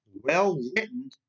well-written